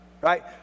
right